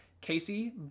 casey